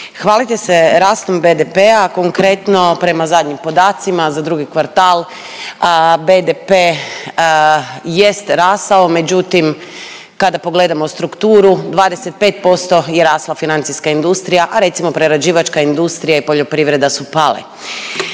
Hvalite se rastom BDP-a konkretno prema zadnjim podacima za drugi kvartal BDP jest rastao, međutim kada pogledamo strukturu 25% je rasla financijska industrija, a recimo prerađivačka industrija i poljoprivreda su pale.